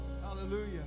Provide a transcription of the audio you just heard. Hallelujah